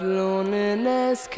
loneliness